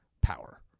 power